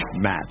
match